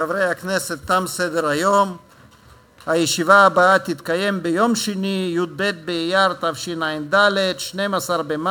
אם